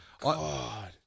God